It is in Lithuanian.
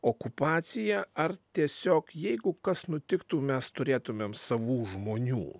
okupaciją ar tiesiog jeigu kas nutiktų mes turėtumėm savų žmonių